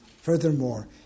Furthermore